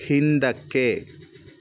ಹಿಂದಕ್ಕೆ